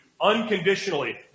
unconditionally